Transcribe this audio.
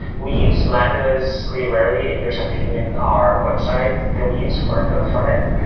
we use lambdas pretty rarely. there's a few in our website that we use for the frontend,